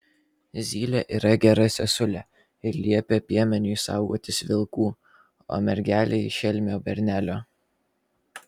zylė yra gera sesulė ir liepia piemeniui saugotis vilkų o mergelei šelmio bernelio